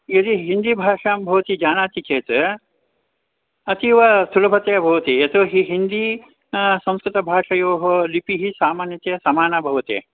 यदि हिन्दीभाषां भवती जानाति चेत् अतीवसुलभतया भवती यतोहि हिन्दी संस्कृतभाषयोः लिपिः सामान्यतया समाना भवति